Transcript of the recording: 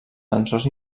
sensors